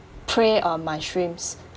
prey on my shrimps